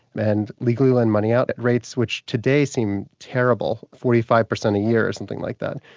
and legally lend money out at rates which today seem terrible, forty five percent a year or something like that,